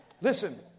Listen